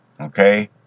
Okay